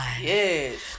Yes